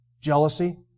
Jealousy